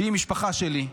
שהיא משפחה שלי.